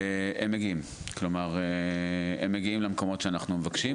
הם מגיעים למקומות שאנחנו מבקשים.